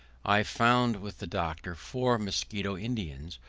i found with the doctor four musquito indians,